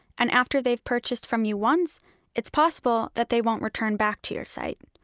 and after they've purchased from you once it's possible that they won't return back to your site.